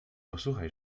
posłuchaj